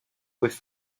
with